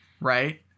right